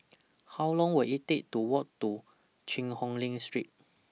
How Long Will IT Take to Walk to Cheang Hong Lim Street